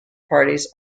parties